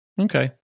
Okay